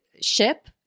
ship